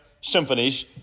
symphonies